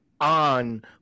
on